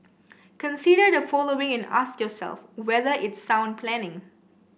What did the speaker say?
consider the following and ask yourself whether it's sound planning